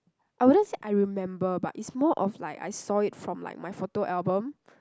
I wouldn't say I remember but it's more of like I saw it from like my photo album